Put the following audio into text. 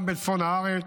גם בצפון הארץ,